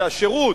והשירות,